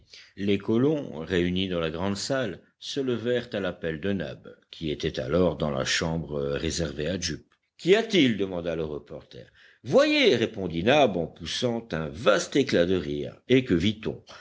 les colons réunis dans la grande salle se levèrent à l'appel de nab qui était alors dans la chambre réservée à jup qu'y a-t-il demanda le reporter voyez répondit nab en poussant un vaste éclat de rire et que vit-on